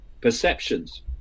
perceptions